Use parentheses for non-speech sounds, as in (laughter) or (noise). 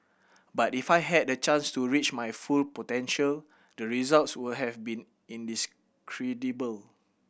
but if I had the chance to reach my full potential the results would have been (unintelligible)